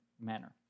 manner